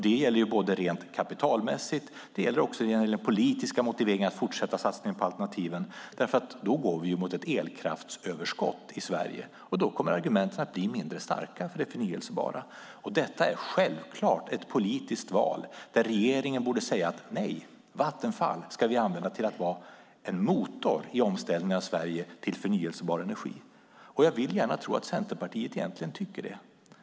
Det gäller rent kapitalmässigt och i den politiska motiveringen att fortsätta satsningen på alternativen. Då går vi mot ett elkraftsöverskott i Sverige, och då kommer argumenten att bli mindre starka för det förnybara. Detta är självklart ett politiskt val där regeringen borde säga att Vattenfall ska användas till att vara en motor i omställningen av Sverige till förnybar energi. Jag vill gärna tro att Centerpartiet egentligen tycker det.